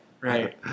right